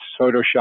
Photoshop